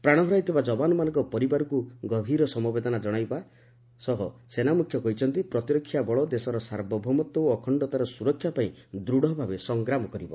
ପ୍ରାଣ ହରାଇଥିବା ଯବାନମାନଙ୍କ ପରିବାରକୁ ଗଭୀର ସମବେଦନା କ୍କଶାଇ ସେନାମୁଖ୍ୟ କହିଛନ୍ତି ପ୍ରତିରକ୍ଷା ବଳ ଦେଶର ସାର୍ବଭୌମତ୍ୱ ଓ ଅଖଣ୍ଡତାର ସୁରକ୍ଷାପାଇଁ ଦୂଢ଼ ଭାବେ ସଂଗ୍ରାମ କରିବ